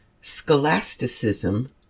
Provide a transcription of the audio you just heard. scholasticism